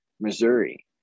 Missouri